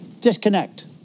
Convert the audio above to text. Disconnect